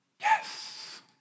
yes